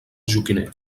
joquiner